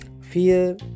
Fear